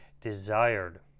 desired